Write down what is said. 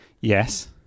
Yes